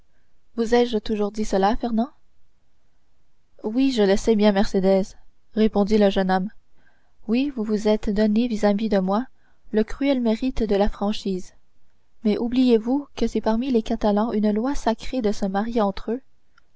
vous ai-je toujours dit cela fernand oui je le sais bien mercédès répondit le jeune homme oui vous vous êtes donné vis-à-vis de moi le cruel mérite de la franchise mais oubliez-vous que c'est parmi les catalans une loi sacrée de se marier entre eux